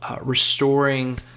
restoring